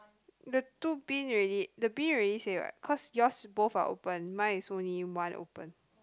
the two bin already the bin already say what cause yours both are open mine is only one open